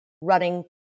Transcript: running